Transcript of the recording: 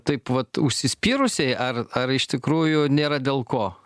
taip pat vat užsispyrusiai ar ar iš tikrųjų nėra dėl ko